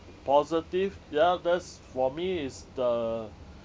positive ya that's for me is the